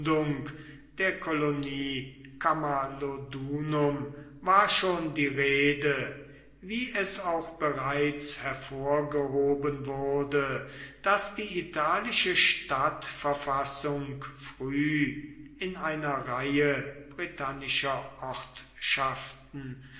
der kolonie camalodunum war schon die rede wie es auch bereits hervorgehoben wurde daß die italische stadtverfassung früh in einer reihe britannischer